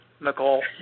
Nicole